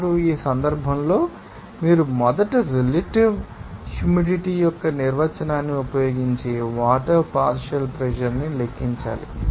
ఇప్పుడు ఈ సందర్భంలో మీరు మొదట రిలేటివ్ హ్యూమిడిటీ యొక్క నిర్వచనాన్ని ఉపయోగించి వాటర్ పార్షియల్ ప్రెషర్ ని లెక్కించాలి